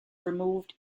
removed